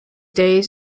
days